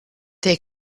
they